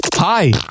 Hi